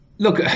Look